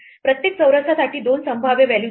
प्रत्येक चौरसासाठी दोन संभाव्य व्हॅल्यूज आहेत